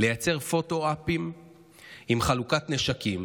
לייצר פוטו-אופים עם חלוקת נשקים,